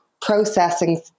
processing